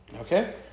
Okay